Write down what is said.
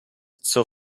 zur